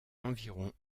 environ